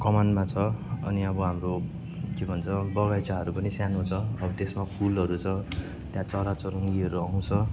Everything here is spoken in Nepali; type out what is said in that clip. कमानमा छ अनि अब हाम्रो के भन्छ बगैँचाहरू पनि सानो छ त्यसमा फुलहरू छ त्यहाँ चरा चुरुङ्गीहरू आउँछ